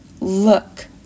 Look